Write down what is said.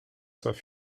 soient